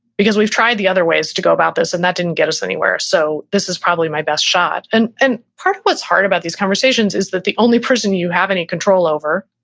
because we've tried the other ways to go about this and that didn't get us anywhere. so this is probably my best shot. and and part of what's hard about these conversations is that the only person you have any control over,